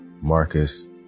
Marcus